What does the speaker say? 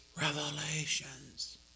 revelations